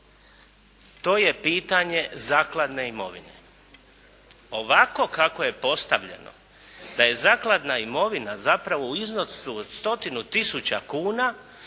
to je pitanje zakladne imovine. Ovako kako je postavljeno da je zakladna imovina zapravo u iznosu od stotinu tisuća kuna